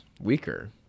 weaker